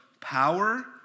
power